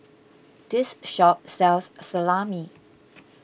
this shop sells Salami